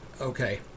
okay